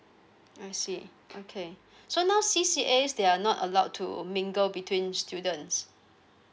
I see okay so now C_C_As they are not allowed to mingle between students